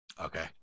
Okay